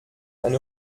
eine